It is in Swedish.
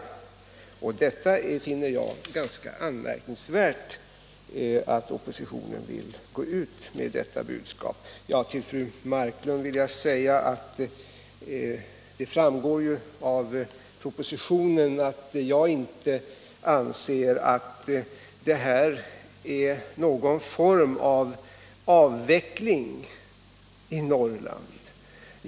Jag finner det som sagt ganska anmärkningsvärt att oppositionen vill gå ut med detta budskap. Till fru Marklund vill jag säga att det ju framgår av propositionen att jag inte anser att det är fråga om någon form av avveckling i Norrland.